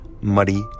muddy